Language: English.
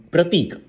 Pratik